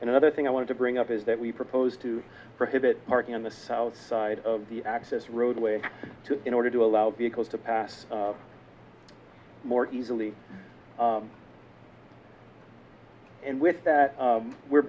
and another thing i wanted to bring up is that we proposed to prohibit parking on the south side of the access road way to in order to allow vehicles to pass more easily and with that we're